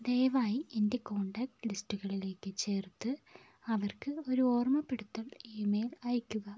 ദയവായി എന്റെ കോൺടാക്റ്റ് ലിസ്റ്റുകളിലേക്ക് ചേർത്ത് അവർക്ക് ഒരു ഓർമ്മപ്പെടുത്തൽ ഇമെയിൽ അയയ്ക്കുക